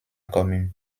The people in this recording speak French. commune